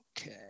Okay